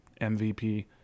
MVP